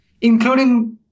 including